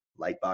Lightbox